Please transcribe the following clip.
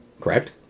Correct